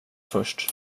först